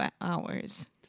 hours